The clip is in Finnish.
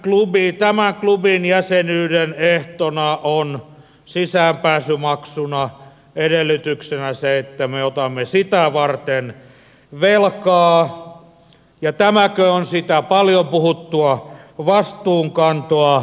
tämän klubin jäsenyyden ehtona on sisäänpääsymaksuna edellytyksenä se että me otamme sitä varten velkaa ja tämäkö on sitä paljon puhuttua vastuunkantoa